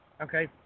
Okay